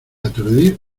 aturdir